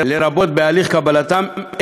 לרבות בהליך קבלתם,